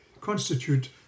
constitute